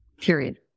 period